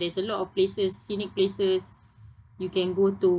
there's a lot of places scenic places you can go to